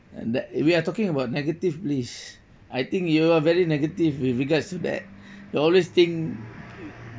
and that we are talking about negative list I think you are very negative with regards to that you always think